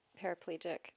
paraplegic